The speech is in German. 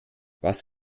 was